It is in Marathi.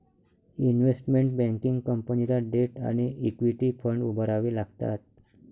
इन्व्हेस्टमेंट बँकिंग कंपनीला डेट आणि इक्विटी फंड उभारावे लागतात